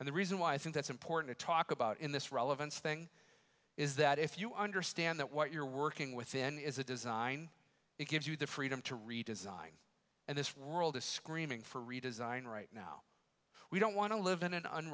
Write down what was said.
and the reason why i think that's important to talk about in this relevance thing is that if you understand that what you're working within is a design it gives you the freedom to redesign and this world is screaming for redesign right now we don't want to live in an